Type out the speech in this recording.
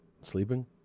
sleeping